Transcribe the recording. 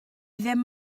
ddim